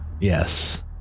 yes